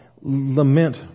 lament